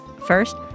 First